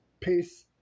Peace